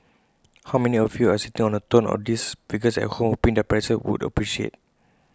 how many of you are sitting on A tonne of these figures at home hoping their prices would appreciate